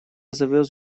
завез